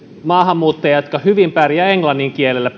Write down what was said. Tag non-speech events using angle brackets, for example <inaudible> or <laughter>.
maahanmuuttajia jotka hyvin pärjäävät englannin kielellä <unintelligible>